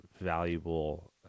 valuable